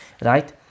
Right